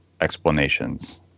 explanations